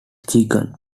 chicken